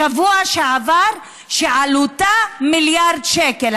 בשבוע שעבר, שעלותה מיליארד שקל?